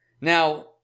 Now